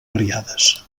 variades